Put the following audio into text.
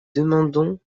demandons